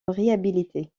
réhabilité